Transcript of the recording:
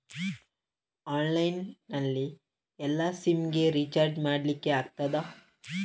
Online ನಲ್ಲಿ ಎಲ್ಲಾ SIM ಗೆ ರಿಚಾರ್ಜ್ ಮಾಡಲಿಕ್ಕೆ ಆಗ್ತದಾ?